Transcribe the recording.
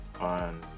on